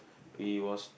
we was